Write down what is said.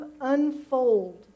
unfold